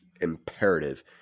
imperative